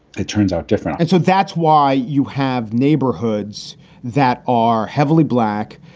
it turns out different and so that's why you have neighborhoods that are heavily black,